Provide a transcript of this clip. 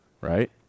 Right